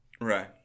right